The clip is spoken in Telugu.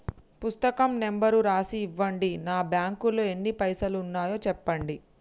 పుస్తకం నెంబరు రాసి ఇవ్వండి? నా బ్యాంకు లో ఎన్ని పైసలు ఉన్నాయో చెప్పండి?